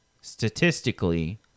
statistically